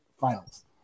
Finals